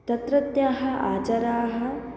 तत्रत्याः आचाराः